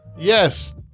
Yes